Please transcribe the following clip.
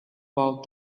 about